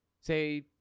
Say